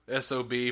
SOB